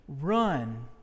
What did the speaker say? run